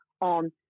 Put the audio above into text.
on